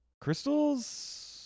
Crystal's